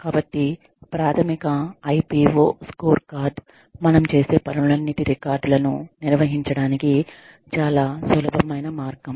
కాబట్టి ప్రాథమిక IPO scorecard మనం చేసే పనులన్నిటి రికార్డు లను నిర్వహించడానికి చాలా సులభమైన మార్గం